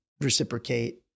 reciprocate